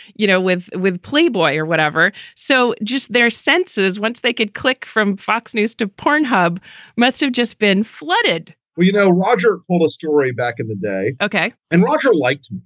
you know, with with playboy or whatever. so just their senses, once they could click from fox news to pornhub must have just been flooded well, you know, roger, full story back in the day. ok. and roger liked.